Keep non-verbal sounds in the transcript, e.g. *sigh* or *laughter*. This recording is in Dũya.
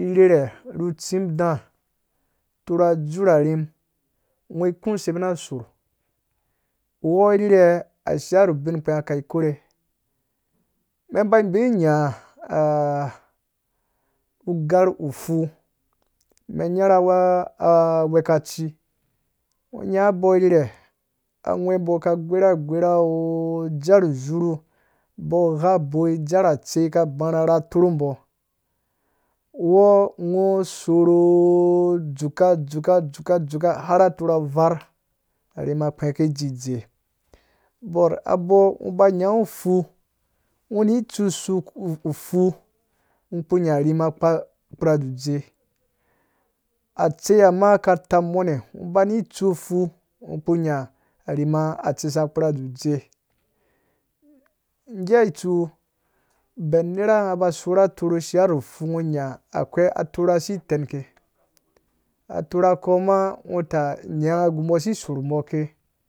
irherhɛ ru tsim daa atorha dzurh arhim ngo ku se bina sorh? Uwɔ irhirhe ashiya nu ubin kpi nga ka ikorhe umɛn ba bei nyha ugarh ufu, mɛn nya *hesitation* ahwɛkaci ngɔ nya abɔ irhirhe agwembo ka igorha agwerha oooo ajar uzuru abɔ, gha boi aarh atsei ka barha rha atorhambɔ uwɔ ngɔ sorh ooo dzuka, dzuka, dzuka, dzuka har atorha avarh arhima kpeke idzidze bɔr abɔ ngɔ ba nyangu ufu, ngo ni tsu ufu ngɔ kpu nya arhima kpa dzu dze atsei ha ma katamɔme ngo bani tsu fu, ngo kpu nya arhim atseisa kpurha dzudze nyeya tsu uben unerha nga ba sorh atorho ashiya nu fu kpurha nya akwei atorha sitenke atorha kɔ ma ngo ta nyanga ggu mbɔ si sorh mbɔ ake